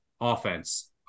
offense